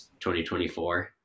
2024